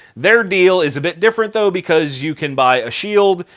their deal is a bit different though because you can buy a shield,